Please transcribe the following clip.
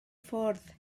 ffwrdd